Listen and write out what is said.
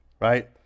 Right